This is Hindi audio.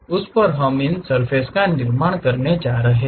उस पर हम इन सर्फ़ेस का निर्माण करने जा रहे हैं